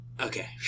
Okay